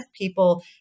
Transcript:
people